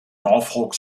norfolk